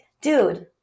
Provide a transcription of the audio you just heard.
dude